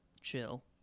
chill